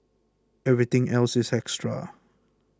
everything else is an extra